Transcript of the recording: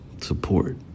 support